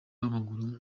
w’amaguru